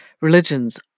religions